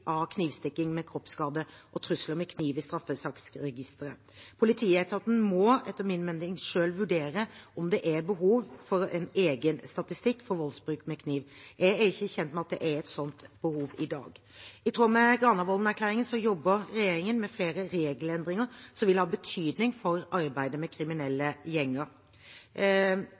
av knivstikking med kroppsskade og trusler med kniv i straffesaksregisteret. Politietaten må etter min mening selv vurdere om det er behov for en egen statistikk for voldsbruk med kniv. Jeg er ikke kjent med at det er et slikt behov i dag. I tråd med Granavolden-erklæringen jobber regjeringen med flere regelendringer som vil ha betydning for arbeidet med kriminelle gjenger.